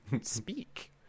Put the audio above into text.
speak